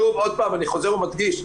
שוב אני מדגיש,